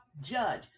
judge